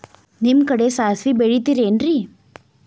ನಿಮ್ಮ ಕಡೆ ಸಾಸ್ವಿ ಬೆಳಿತಿರೆನ್ರಿ?